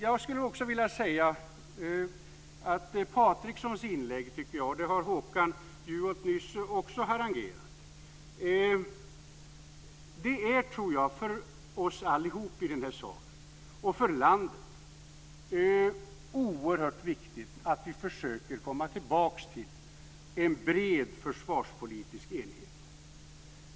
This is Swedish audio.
Jag skulle också vilja säga, med anledning av Runar Patrikssons inlägg som också Håkan Juholt har harangerat, att det för oss alla i den här kammaren och för landet är oerhört viktigt att vi försöker komma tillbaks till en bred försvarspolitisk enighet.